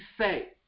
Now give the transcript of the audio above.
say